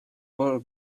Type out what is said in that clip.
boy